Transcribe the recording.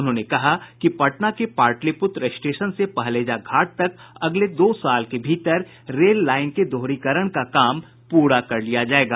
उन्होंने कहा कि पटना के पाटिलपुत्र स्टेशन से पहलेजा घाट तक अगले दो साल के भीतर रेल लाईन के दोहरीकरण का काम पूरा कर लिया जायेगा